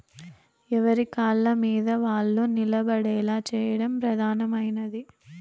ఎవరి కాళ్ళమీద వాళ్ళు నిలబడేలా చేయడం ప్రధానమైనది